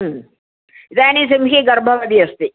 इदानीं सिंही गर्भवती अस्ति